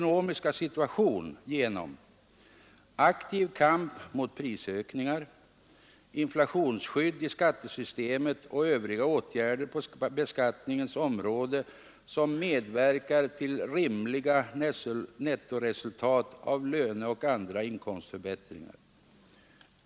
aktiv kamp mot prisökningar, inflationsskydd i skattesystemet och övriga åtgärder på beskattningens område som medverkar till rimliga nettoresultat av löneoch andra inkomstförbättringar.